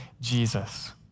Jesus